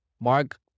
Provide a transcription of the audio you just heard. Mark